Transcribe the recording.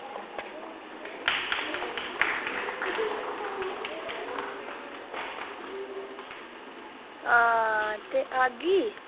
हां ते आह्गी